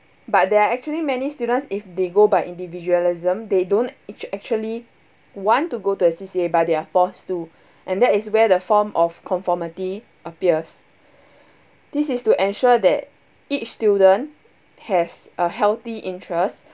but there are actually many students if they go by individualism they don't actual~ actually want to go to the a C_C_A but they're forced to and that is where the form of conformity appears this is to ensure that each student has a healthy interest